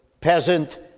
peasant